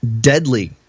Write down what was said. deadly